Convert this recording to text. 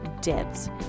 dibs